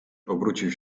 obrócił